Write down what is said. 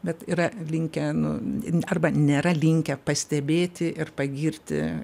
bet yra linkę nu arba nėra linkę pastebėti ir pagirti